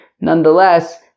nonetheless